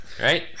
right